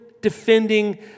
defending